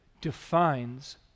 defines